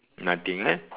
nothing eh